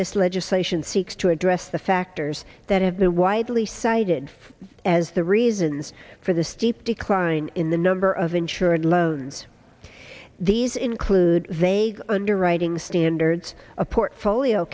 this legislation seeks to address the factors that have been widely cited as the reasons for the steep decline in the number of insured loans these include they underwriting standards a portfolio